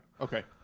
Okay